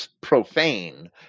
profane